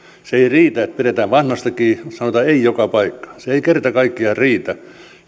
se ei riitä että pidetään vanhasta kiinni sanotaan ei joka paikkaan se ei kerta kaikkiaan riitä